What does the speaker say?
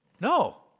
No